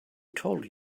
told